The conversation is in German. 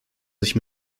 sich